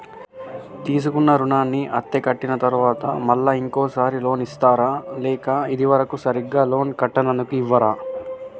తీసుకున్న రుణాన్ని అత్తే కట్టిన తరువాత మళ్ళా ఇంకో సారి లోన్ ఇస్తారా లేక ఇది వరకు సరిగ్గా లోన్ కట్టనందుకు ఇవ్వరా?